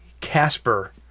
casper